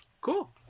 Cool